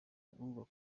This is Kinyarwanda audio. uko